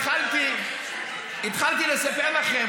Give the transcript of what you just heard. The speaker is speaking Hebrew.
התחלתי לספר לכם,